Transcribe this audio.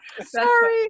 Sorry